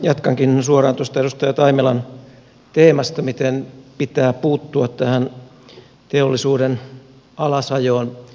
jatkankin suoraan tuosta edustaja taimelan teemasta miten pitää puuttua tähän teollisuuden alasajoon